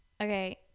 okay